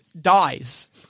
dies